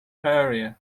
area